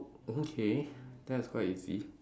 okay that is quite easy